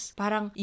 parang